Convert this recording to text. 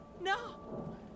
No